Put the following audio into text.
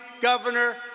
Governor